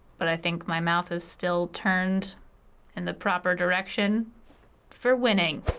but i think my mouth is still turned in the proper direction for winning.